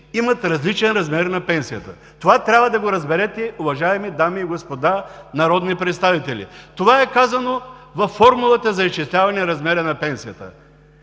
имат различен размер на пенсията. Това трябва да го разберете, уважаеми дами и господа народни представители. Това е казано във формулата за изчисляване размера на пенсията.